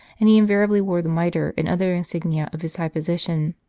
and he invariably wore the mitre and other insignia of his high position.